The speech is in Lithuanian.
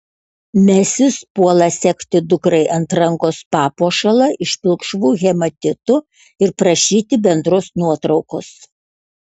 mesis puola segti dukrai ant rankos papuošalą iš pilkšvų hematitų ir prašyti bendros nuotraukos